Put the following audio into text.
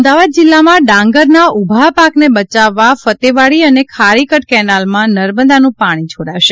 અમદાવાદ જિલ્લામાં ડાંગરના ઊભા પાકને બચાવવા ફતેવાડી અને ખારીકટ કેનાલમાં નર્મદાનું પાણી છોડાશે